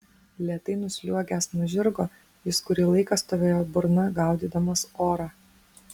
lėtai nusliuogęs nuo žirgo jis kurį laiką stovėjo burna gaudydamas orą